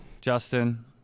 justin